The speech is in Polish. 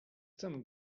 ten